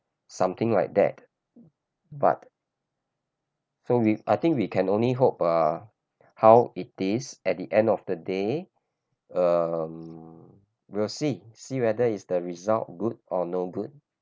something like that but so we I think we can only hope ah how it is at the end of the day um we'll see see whether is the result good or no good